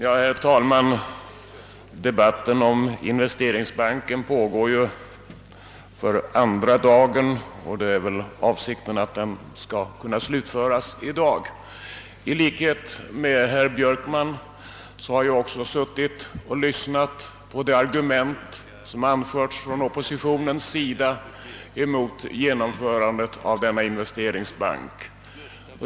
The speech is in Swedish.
Herr talman! Debatten om investeringsbanken pågår för andra dagen och avsikten är väl att den skall slutföras i dag. I likhet med herr Björkman har jag också suttit och lyssnat på de argument som oppositionen anfört mot inrättandet av denna investeringsbank.